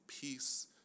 peace